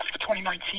2019